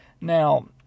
Now